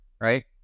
right